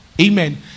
Amen